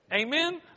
Amen